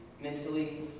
mentally